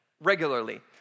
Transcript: regularly